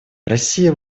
россия